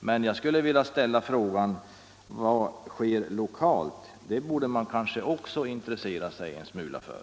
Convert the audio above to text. Men jag skulle vilja ställa frågan: Vad sker lokalt? Det borde man kanske också intressera sig en smula för.